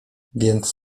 więc